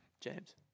James